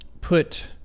put